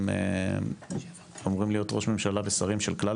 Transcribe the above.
הם אמורים להיות ראש ממשלה ושרים של כלל